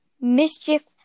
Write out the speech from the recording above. Mischief